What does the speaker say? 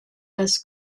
das